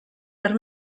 per